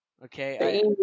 Okay